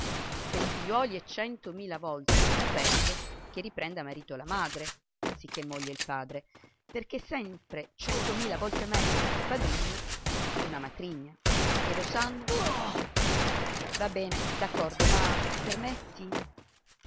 per i figliuoli è cento mila volte meno peggio che riprenda marito la madre anziché moglie il padre perché è sempre centomila volte meglio un padrigno che una madrigna e lo sanno tutti va bene d'accordo ma permetti